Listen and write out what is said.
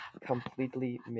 completely